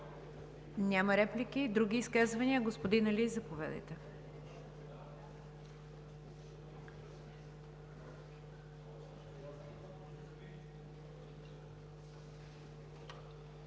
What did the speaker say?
Няма реплики. Други изказвания? Господин Али, заповядайте.